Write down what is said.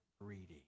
greedy